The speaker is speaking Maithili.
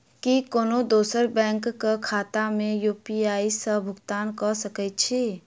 की कोनो दोसरो बैंक कऽ खाता मे यु.पी.आई सऽ भुगतान कऽ सकय छी?